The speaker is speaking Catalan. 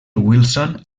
wilson